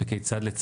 אלא בא להגיד,